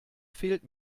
fehlt